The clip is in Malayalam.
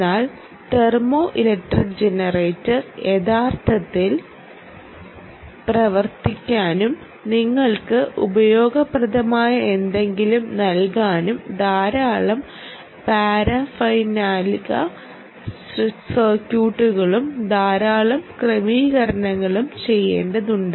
എന്നാൽ തെർമോ ഇലക്ട്രിക് ജനറേറ്റർ യഥാർത്ഥത്തിൽ പ്രവർത്തിക്കാനും നിങ്ങൾക്ക് ഉപയോഗപ്രദമായ എന്തെങ്കിലും നൽകാനും ധാരാളം പാരഫെർനാലിയ സർക്യൂട്ടുകളും ധാരാളം ക്രമീകരണങ്ങളും ചെയ്യേണ്ടതുണ്ട്